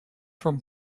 from